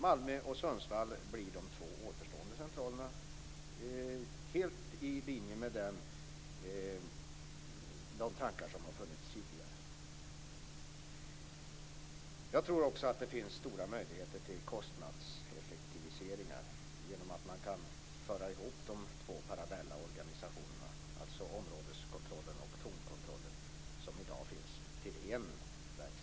Malmö och Sundsvall blir de två återstående centralerna helt i linje med de tankar som har funnits tidigare. Jag tror också att det finns stora möjligheter till kostnadseffektiviseringar genom att man kan föra ihop de två parallella organisationerna, alltså den områdeskontroll och tornkontroll som finns i dag, till en verksamhet.